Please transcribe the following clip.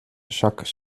jacques